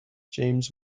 james